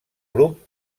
grup